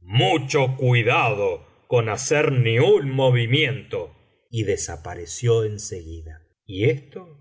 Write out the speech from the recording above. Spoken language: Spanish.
mucho cuidado con hacer ni un movimiento y desapareció en seguida y esto